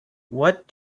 what